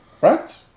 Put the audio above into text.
right